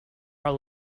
are